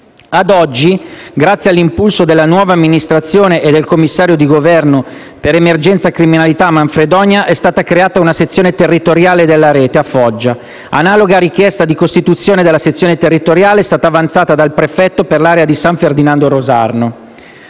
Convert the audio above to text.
Ad oggi, grazie all'impulso della nostra amministrazione e del commissario di Governo per emergenza criminalità a Manfredonia, è stata creata una sezione territoriale della Rete a Foggia. Analoga richiesta di costituzione della sezione territoriale è stata avanzata dal prefetto per l'area di San Ferdinando- Rosarno.